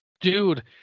dude